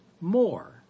more